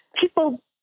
People